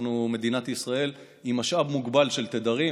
מדינת ישראל עם משאב מוגבל של תדרים,